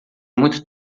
muito